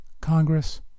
Congress